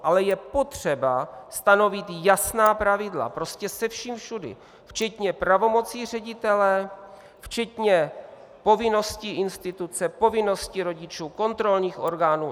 Ale je potřeba stanovit jasná pravidla prostě se vším všudy, včetně pravomocí ředitele, včetně povinností instituce, povinností rodičů, kontrolních orgánů.